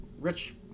rich